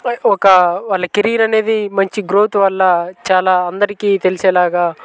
like ఒక వాళ్ళ career అనేది మంచి గ్రోత్ వల్ల చాలా అందరికీ తెలిసే లాగా